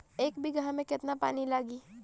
एक बिगहा में केतना पानी लागी?